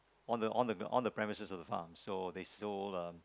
on the on the on the premises of the farm so they still um